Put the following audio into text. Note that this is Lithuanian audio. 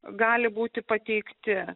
gali būti pateikti